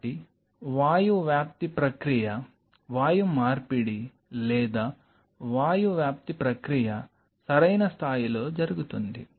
కాబట్టి వాయు వ్యాప్తి ప్రక్రియ వాయు మార్పిడి లేదా వాయు వ్యాప్తి ప్రక్రియ సరైన స్థాయిలో జరుగుతుంది